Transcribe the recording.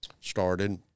started